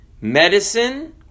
medicine